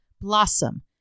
Blossom